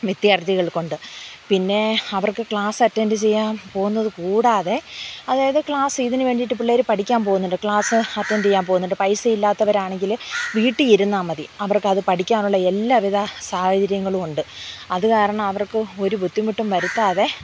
വിദ്യാർഥികൾക്ക് ഉണ്ട് പിന്നെ അവർക്ക് ക്ലാസ് അറ്റൻഡ് ചെയ്യാൻ പോകുന്നത് കൂടാതെ അതായത് ക്ലാസ് ഇതിന് വേണ്ടിയിട്ട് പിള്ളേർ പഠിക്കാൻ പോകുന്നുണ്ട് ക്ലാസ് അറ്റൻഡ ചെയ്യാൻ പോകുന്നുണ്ട് പൈസ ഇല്ലാത്തവരാണെങ്കിൽ വീട്ടിൽ ഇരുന്നാൽ മതി അവർക്ക് അത് പഠിക്കാനുള്ള എല്ലാവിധ സാഹചര്യങ്ങളും ഉണ്ട് അത് കാരണം അവർക്ക് ഒരു ബുദ്ധിമുട്ടും വരുത്താതെ